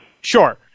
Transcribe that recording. Sure